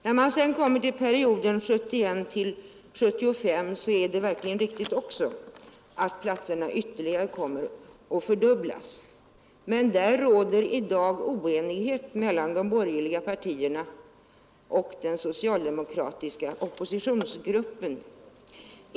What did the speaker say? När man sedan kommer till perioden 1971-1975 är det visserligen riktigt också att platserna ytterligare kommer att fördubblas, men där råder i dag oenighet mellan de borgerliga partierna och den socialdemokratiska oppositionsgruppen.